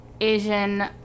Asian